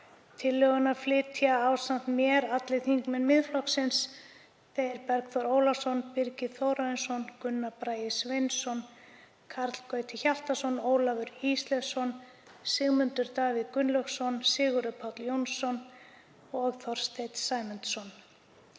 Tillöguna flytja ásamt mér allir þingmenn Miðflokksins, þeir Bergþór Ólason, Birgir Þórarinsson, Gunnar Bragi Sveinsson, Karl Gauti Hjaltason, Ólafur Ísleifsson, Sigmundur Davíð Gunnlaugsson, Sigurður Páll Jónsson og Þorsteinn Sæmundsson.